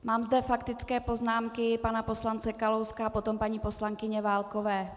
Mám zde faktické poznámky pana poslance Kalouska a potom paní poslankyně Válkové.